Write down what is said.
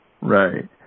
Right